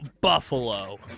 Buffalo